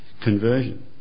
Conversion